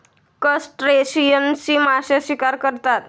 क्रस्टेशियन्सची मासे शिकार करतात